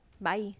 bye